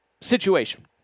situation